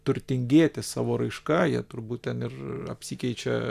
turtingėti savo raiška jie turbūt ten ir apsikeičia